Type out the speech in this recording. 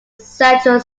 central